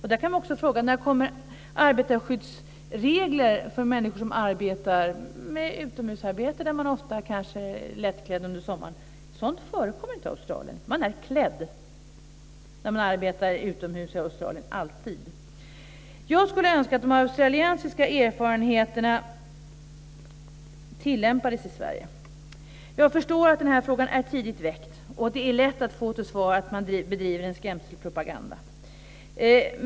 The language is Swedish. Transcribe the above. Vi kan fråga oss: När kommer arbetarskyddsregler för människor som har utomhusarbete där man ofta kanske är lättklädd under sommaren? Sådant förekommer inte i Australien. Där är man alltid klädd när man arbetar utomhus. Jag skulle önska att de australiensiska erfarenheterna tillämpades i Sverige. Jag förstår att den här frågan är tidigt väckt. Det är lätt att få till svar att man bedriver skrämselpropaganda.